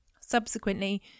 subsequently